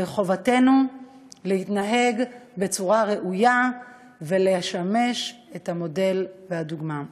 זוהי חובתנו להתנהג בצורה ראויה ולשמש מודל ודוגמה.